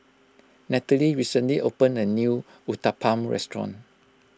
Nathalie recently opened a new Uthapam restaurant